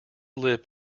lip